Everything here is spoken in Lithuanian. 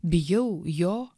bijau jo